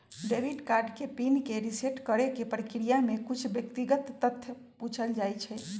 debit card के pin के reset करेके प्रक्रिया में कुछ व्यक्तिगत तथ्य पूछल जाइ छइ